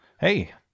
hey